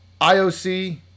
ioc